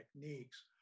techniques